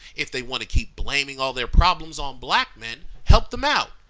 if they want to keep blaming all their problems on black men, help them out.